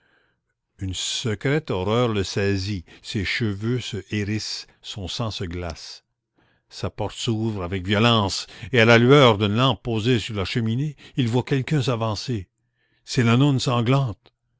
une secrète horreur le saisit ses cheveux se hérissent son sang se glace sa porte s'ouvre avec violence et à la lueur d'une lampe posée sur la cheminée il voit quelqu'un s'avancer c'est la nonne sanglante